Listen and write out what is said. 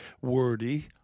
wordy